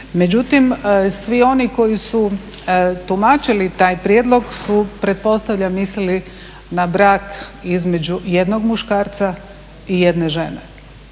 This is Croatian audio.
Međutim svi oni koji su tumačili taj prijedlog su pretpostavljam mislili na brak između jednog muškarca i jedne žene.